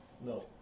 No